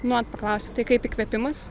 norit paklausti tai kaip įkvėpimas